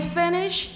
finish